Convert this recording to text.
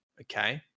Okay